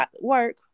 work